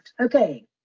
okay